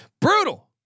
brutal